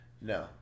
No